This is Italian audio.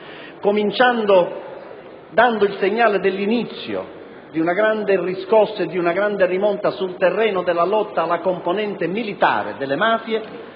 organizzata, dando il segnale dell'inizio di una grande riscossa e rimonta sul terreno della lotta alla componente militare delle mafie,